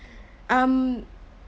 um